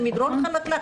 זה מדרון חלקלק.